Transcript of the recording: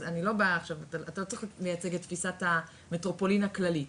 אז אתה לא צריך לייצג עכשיו את תפיסת המטרופולין הכללית,